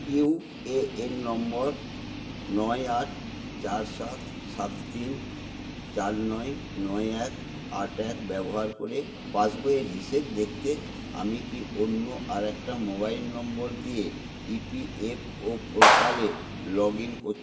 UAN number নয় আট চার সাত সাত তিন চার নয় নয় এক আট এক ব্যবহার করে পাসবইয়ের হিসেব দেখতে আমি কি অন্য আরেকটা মোবাইল নম্বর দিয়ে ইপিএফও পোর্টালে লগ ইন করতে পারি